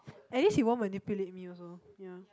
at least he won't manipulate me also yeah